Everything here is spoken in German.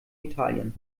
italien